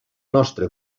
nostre